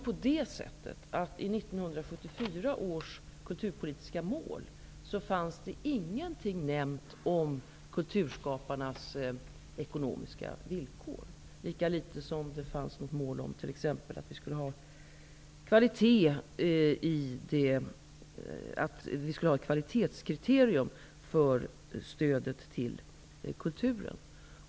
I 1974 års kulturpolitiska mål fanns inget nämnt om kulturskaparnas ekonomiska villkor. Lika litet fanns det mål som angav kvalitetskriterier för stödet till kulturen.